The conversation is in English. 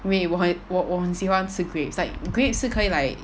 因为我很我我很喜欢吃 grapes like grapes 是可以 like